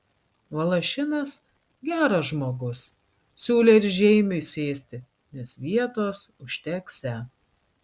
valašinas geras žmogus siūlė ir žeimiui sėsti nes vietos užteksią